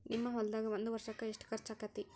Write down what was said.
ನಿಮ್ಮ ಹೊಲ್ದಾಗ ಒಂದ್ ವರ್ಷಕ್ಕ ಎಷ್ಟ ಖರ್ಚ್ ಆಕ್ಕೆತಿ?